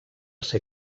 ser